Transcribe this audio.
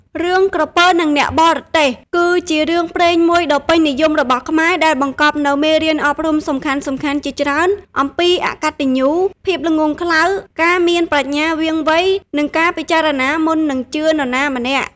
រឿង "ក្រពើនឹងអ្នកបរទេះ" គឺជារឿងព្រេងមួយដ៏ពេញនិយមរបស់ខ្មែរដែលបង្កប់នូវមេរៀនអប់រំសំខាន់ៗជាច្រើនអំពីអកតញ្ញូ ភាពល្ងង់ខ្លៅ ការមានប្រាជ្ញាវាងវៃ និងការពិចារណាមុននឹងជឿនរណាម្នាក់។